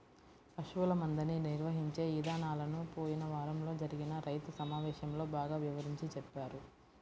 పశువుల మందని నిర్వహించే ఇదానాలను పోయిన వారంలో జరిగిన రైతు సమావేశంలో బాగా వివరించి చెప్పారు